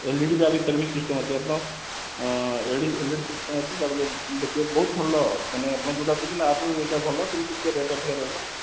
LED system ଅଛି ଆପଣ LED system ଅଛି ବହୁତ ଭଲ ମାନେ ଆପଣ ଯେଉଁଟା କହୁଛନ୍ତି ଆଠୁ ଏଇଟା ଭଲ କିନ୍ତୁ ଟିକେ ରେଟ୍ ଅଧିକ ରହିବ